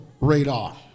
radar